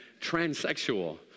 Transsexual